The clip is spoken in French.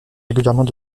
régulièrement